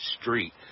street